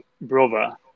brother